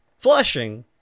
Flushing